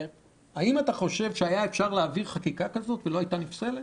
האם אתה חושב שהיה אפשר להעביר חקיקה כזאת והיא לא הייתה נפסלת?